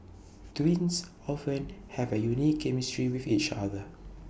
twins often have A unique chemistry with each other